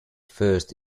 first